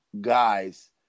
guys